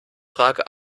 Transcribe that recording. frage